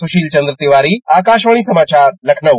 सुशील चन्द्र तिवारी आकाशवाणी समाचार लखनऊ